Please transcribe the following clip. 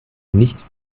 nicht